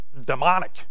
demonic